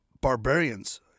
barbarians